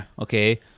Okay